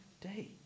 day